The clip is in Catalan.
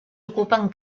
ocupen